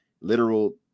Literal